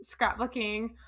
scrapbooking